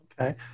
Okay